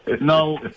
No